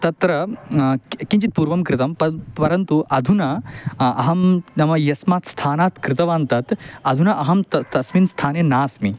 तत्र कि किञ्चित् पूर्वं कृतं पर् परन्तु अधुना अहं नाम यस्मात् स्थानात् कृतवान् तत् अधुना अहं तस् तस्मिन् स्थाने नास्मि